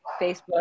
Facebook